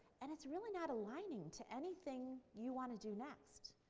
and it's really not aligning to anything you want to do next.